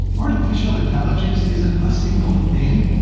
artificial intelligence isn't a single thing.